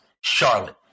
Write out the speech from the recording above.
Charlotte